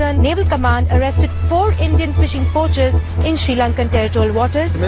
ah naval command arrested four indian fishing poachers in sri lanka territorial waters.